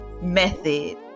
method